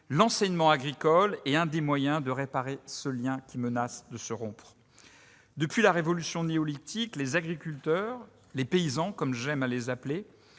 L'enseignement agricole est un des moyens de réparer ce lien qui menace de se rompre. Depuis la révolution néolithique, les agriculteurs- les paysans, comme j'aime à les appeler